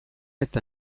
eta